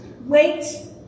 wait